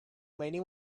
many